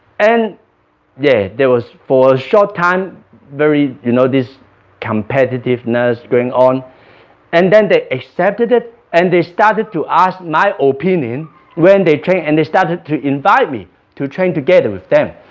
and yeah, there was for short time very you know this competitiveness going on and then they accepted it and they started to ask my opinion when they trained and they started to invite me to train together with them